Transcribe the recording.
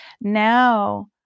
now